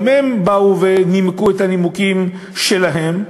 גם הם באו ונימקו את הנימוקים שלהם.